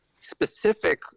specific